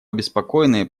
обеспокоены